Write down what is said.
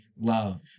love